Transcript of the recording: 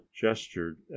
gestured